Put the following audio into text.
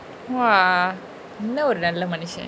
!wah! என்ன ஒரு நல்ல மனுசன்:enna oru nalla manusan